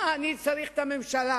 מה אני צריך את הממשלה,